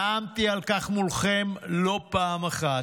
נאמתי על כך מולכם לא פעם אחת,